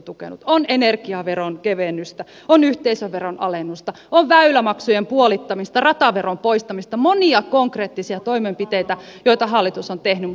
on energiaveron kevennystä on yhteisöveron alennusta on väylämaksujen puolittamista rataveron poistamista monia konkreettisia toimenpiteitä joita hallitus on tehnyt